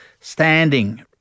standing